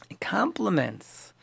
Compliments